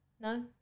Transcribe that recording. No